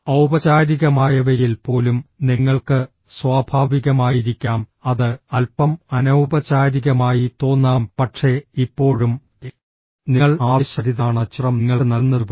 ഔപചാരികമായവയിൽ പോലും നിങ്ങൾക്ക് സ്വാഭാവികമായിരിക്കാം അത് അൽപ്പം അനൌപചാരികമായി തോന്നാം പക്ഷേ ഇപ്പോഴും നിങ്ങൾ ആവേശഭരിതനാണെന്ന ചിത്രം നിങ്ങൾക്ക് നൽകുന്നതിനുപകരം